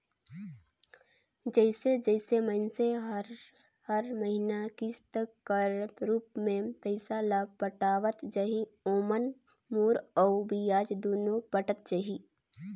जइसे जइसे मइनसे हर हर महिना किस्त कर रूप में पइसा ल पटावत जाही ओाम मूर अउ बियाज दुनो पटत जाही